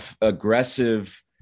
aggressive